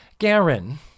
Garen